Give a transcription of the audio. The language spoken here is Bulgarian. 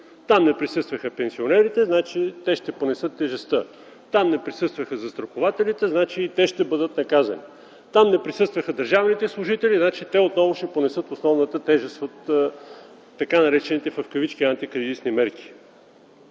Там не присъстваха пенсионерите, значи те ще понесат тежестта! Там не присъстваха застрахователите, значи и те ще бъдат наказани! Там не присъстваха държавните служители, значи отново ще понесат основната тежест от така наречените в кавички анткризисни мерки.